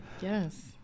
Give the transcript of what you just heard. Yes